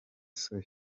soya